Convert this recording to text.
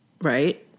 right